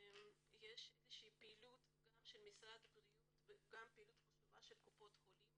יש פעילות גם של משרד הבריאות וגם פעילות חשובה של קופות החולים